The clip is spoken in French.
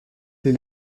les